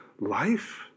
life